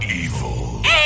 Evil